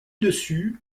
dessus